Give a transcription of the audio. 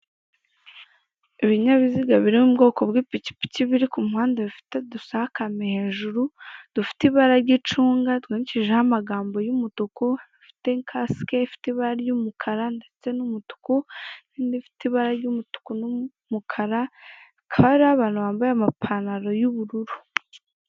Ibinyabiziga muri bwoko bw'ipikipiki biri ku muhanda, bifite udusakame hejuru dufite ibara ry'icunga. Twandikishijeho amagambo y'umutuku, dufite kasike ifite ibara ry'umukara ndetse n'umutu, n'indi ifite ibara ry' umutuku n'umukara, hakaba hariho abantu bambaye amapantaro y'ubururu.